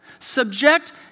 subject